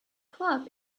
club